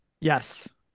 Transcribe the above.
Yes